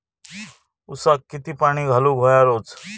ऊसाक किती पाणी घालूक व्हया रोज?